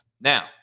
Now